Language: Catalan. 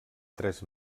tres